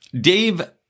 Dave